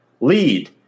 lead